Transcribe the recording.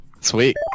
sweet